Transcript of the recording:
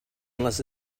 unless